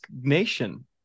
nation